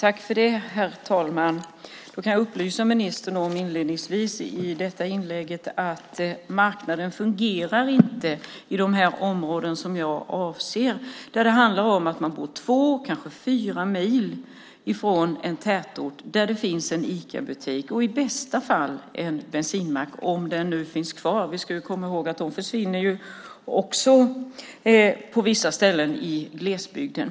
Herr talman! Jag kan inledningsvis upplysa ministern om att marknaden inte fungerar i de områden som jag avser. Där handlar det om att man bor två eller kanske fyra mil från en tätort där det finns en Icabutik och i bästa fall en bensinmack, om den nu finns kvar. Vi ska komma ihåg att också de försvinner på vissa ställen i glesbygden.